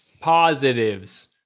Positives